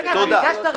רגע, אבל הגשת רביזיה?